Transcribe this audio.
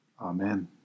Amen